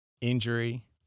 injury